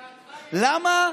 למה?